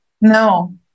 No